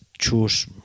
Choose